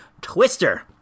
twister